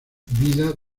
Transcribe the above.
vidas